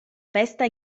festa